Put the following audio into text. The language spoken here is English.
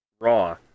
Raw